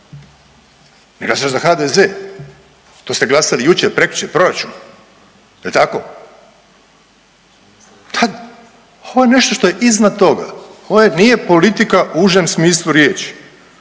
ne glasaš za HDZ to ste glasali jučer, prekjučer proračun. Jel tako? Ovo je nešto što je iznad toga. Ovo nije politika u užem smislu riječi.